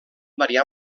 variar